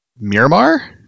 Miramar